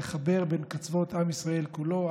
לחבר בין קצוות עם ישראל כולו.